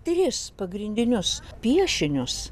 tris pagrindinius piešinius